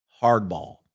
hardball